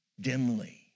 dimly